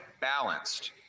balanced